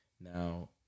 Now